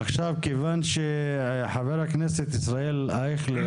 עכשיו כיוון שחבר הכנסת ישראל אייכלר